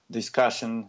discussion